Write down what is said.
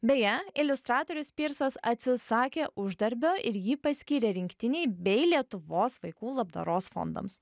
beje iliustratorius pyrsas atsisakė uždarbio ir jį paskyrė rinktinei bei lietuvos vaikų labdaros fondams